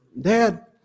Dad